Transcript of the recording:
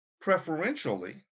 preferentially